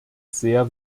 sehr